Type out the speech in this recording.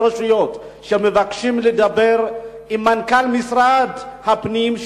רשויות שמבקשים לדבר עם מנכ"ל משרד הפנים,